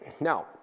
now